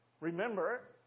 Remember